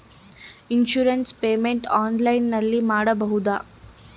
Insurance payment ಆನ್ಲೈನಿನಲ್ಲಿ ಮಾಡಬಹುದಾ?